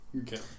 Okay